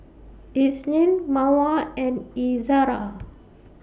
Isnin Mawar and Izara